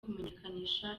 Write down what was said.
kumenyekanisha